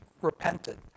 repented